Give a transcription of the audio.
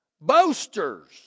boasters